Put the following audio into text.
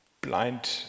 blind